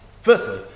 Firstly